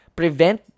prevent